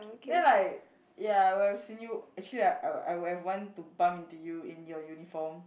then like ya when I've seen you actually like I would I would have want to bump into you in your uniform